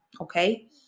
okay